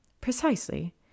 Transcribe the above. Precisely